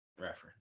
reference